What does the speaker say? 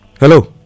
Hello